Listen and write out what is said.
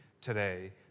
today